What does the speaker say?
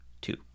Two